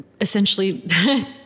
essentially